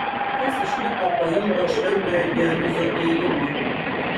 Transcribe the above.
kas išliko po ilgo šventojo dionizo ėjimo